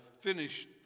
finished